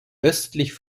östlich